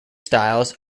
styles